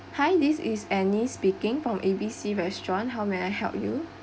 hi this is annie speaking from A_B_C restaurant how may I help you